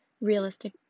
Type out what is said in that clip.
realistic